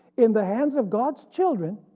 in the hands of god's children,